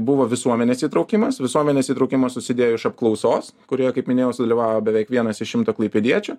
buvo visuomenės įtraukimas visuomenės įtraukimas susidėjo iš apklausos kurioje kaip minėjau sudalyvavo beveik vienas iš šimto klaipėdiečių